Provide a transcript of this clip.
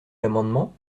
l’amendement